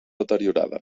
deteriorada